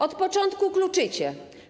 Od początku kluczycie.